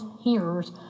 hearers